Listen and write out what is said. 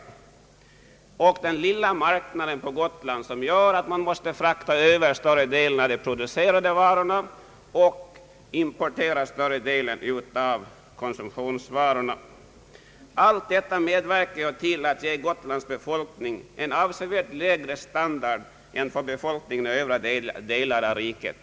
Jag framhöll också att den gotländska marknaden är mycket liten, vilket gör att man måste frakta över större delen av de producerade varorna till fastlandet och importera större delen av konsumtionsvarorna. Allt detta medverkar till att ge Gotlands befolkning en avsevärt lägre standard än den befolkningen har i övriga delar av riket.